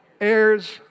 Heirs